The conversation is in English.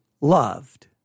loved